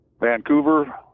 Vancouver